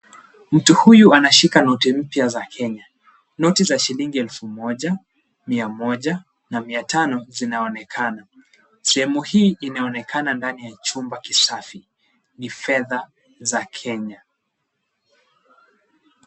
Mtu huyu anashika noti mpya za Kenya. Noti za shilingi elfu moja, mia moja na mia tano zinaonekana. Sehemu hii inaonekana ndani ya chumba kisafi. Ni fedha za Kenya.